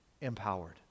empowered